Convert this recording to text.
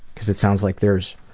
because it sounds like there's